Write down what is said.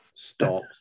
stop